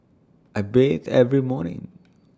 I bathe every morning